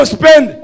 spend